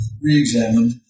re-examined